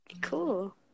Cool